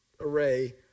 array